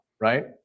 right